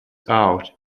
out